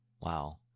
wow